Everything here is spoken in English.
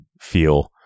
feel